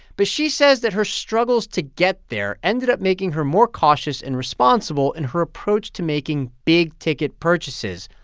but she says that her struggles to get there ended up making her more cautious and responsible in her approach to making big-ticket purchases,